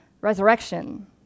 resurrection